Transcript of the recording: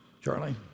charlie